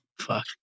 fuck